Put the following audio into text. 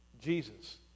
Jesus